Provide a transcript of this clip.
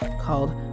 called